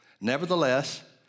nevertheless